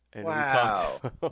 Wow